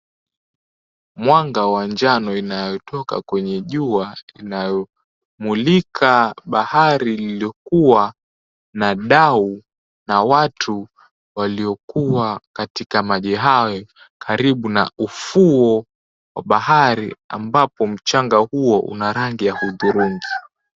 Mwanga ya njano inayotoka kwenye jua inayomulika bahari lililokuwa na dau, na watu waliokuwa katika maji hayo karibu na ufuo wa bahari, ambapo mchanga huo una rangi ya hudhurungi.